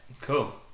Cool